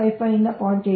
55 ರಿಂದ 0